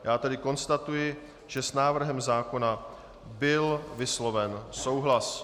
Já tedy konstatuji, že s návrhem zákona byl vysloven souhlas.